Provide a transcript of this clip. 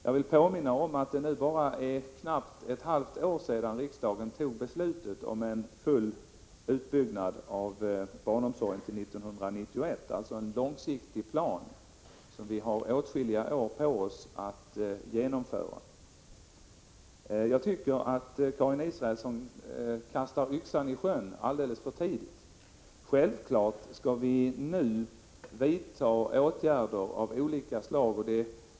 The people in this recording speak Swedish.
Jag vill påminna om att det är knappt ett halvår sedan riksdagen fattade beslutet om full utbyggnad av barnomsorgen till 1991. Det är alltså en långsiktig plan, som vi har åtskilliga år på oss att genomföra. Jag tycker att Karin Israelsson kastar yxan i sjön alldeles för tidigt. Självfallet skall vi nu vidta åtgärder av olika slag.